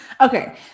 okay